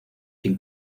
sin